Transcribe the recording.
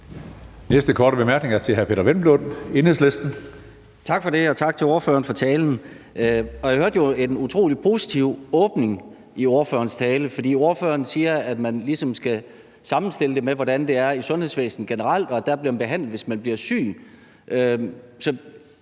Næste korte bemærkning er til hr. Peder Hvelplund, Enhedslisten. Kl. 16:32 Peder Hvelplund (EL): Tak for det, og tak til ordføreren for talen. Jeg hørte jo en utrolig positiv åbning i ordførerens tale, for ordføreren siger, at man ligesom skal sammenstille det med, hvordan det er i sundhedsvæsenet generelt, og at der bliver man behandlet, hvis man bliver syg.